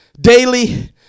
Daily